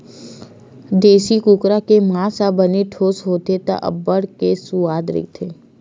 देसी कुकरा के मांस ह बने ठोस होथे त अब्बड़ के सुवाद रहिथे